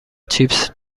چیپس